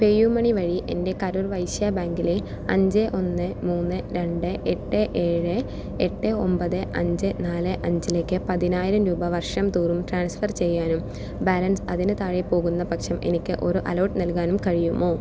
പേയുമണി വഴി എൻ്റെ കരൂർ വൈശ്യാ ബാങ്കിലെ അഞ്ച് ഒന്ന് മൂന്ന് രണ്ട് എട്ട് ഏഴ് എട്ട് ഒമ്പത് അഞ്ച് നാല് അഞ്ചിലേക്ക് പതിനായിരം രൂപ വർഷം തോറും ട്രാൻസ്ഫർ ചെയ്യാനും ബാലൻസ് അതിന് താഴെ പോകുന്ന പക്ഷം എനിക്ക് ഒരു അലേർട്ട് നൽകാനും കഴിയുമോ